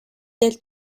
del